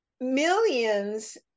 millions